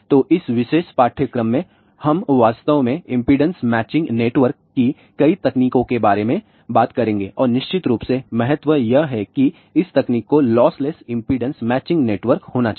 तो इस विशेष पाठ्यक्रम में हम वास्तव में इंपेडेंस मैचिंग नेटवर्क की कई तकनीकों के बारे में बात करेंगे और निश्चित रूप से महत्व यह है कि इस तकनीक को लॉसलेस इंपेडेंस मैचिंग नेटवर्क होना चाहिए